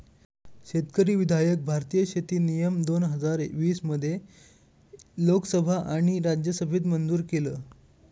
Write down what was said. शेतकरी विधायक भारतीय शेती नियम दोन हजार वीस मध्ये लोकसभा आणि राज्यसभेत मंजूर केलं